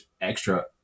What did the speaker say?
extra